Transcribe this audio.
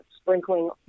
sprinkling